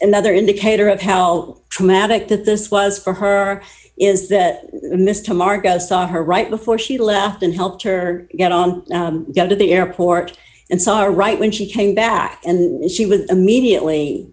another indicator of how traumatic that this was for her is that mr margolis saw her right before she left and helped her get on got to the airport and saw a right when she came back and she was immediately